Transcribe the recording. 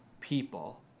people